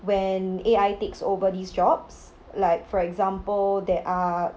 when A_I takes over these jobs like for example there are